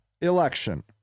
election